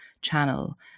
channel